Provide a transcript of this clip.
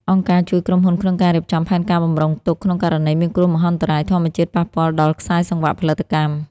អង្គការជួយក្រុមហ៊ុនក្នុងការរៀបចំផែនការបម្រុងទុក ក្នុងករណីមានគ្រោះមហន្តរាយធម្មជាតិប៉ះពាល់ដល់ខ្សែសង្វាក់ផលិតកម្ម។